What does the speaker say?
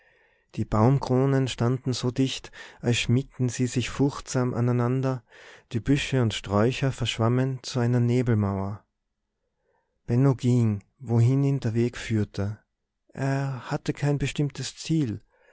die baumkronen standen so dicht als schmiegten sie sich furchtsam aneinander die büsche und sträucher verschwammen zu einer nebelmauer benno ging wohin ihn der weg führte er hatte kein bestimmtes ziel